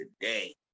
today